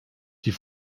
die